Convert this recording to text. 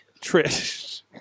Trish